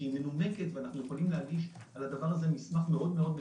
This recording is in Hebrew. שהיא מנומקת ואנחנו יכולים להגיש על הדבר הזה מסמך מאוד מאוד מפורט,